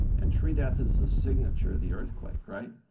and tree death is the signature of the earthquake, right?